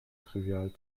trivial